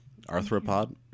arthropod